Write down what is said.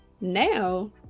Now